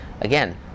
again